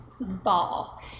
ball